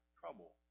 trouble